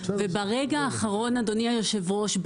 וברגע האחרון אדוני יושב הראש,